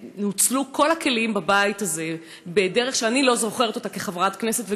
שנוצלו בה כל הכלים בבית הזה בדרך שאני לא זוכרת אותה כחברת כנסת,